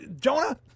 Jonah